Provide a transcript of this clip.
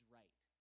right